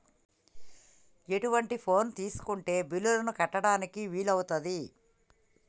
ఎటువంటి ఫోన్ తీసుకుంటే బిల్లులను కట్టడానికి వీలవుతది?